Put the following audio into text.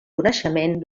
coneixement